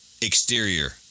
exterior